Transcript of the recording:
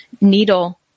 needle